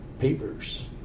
papers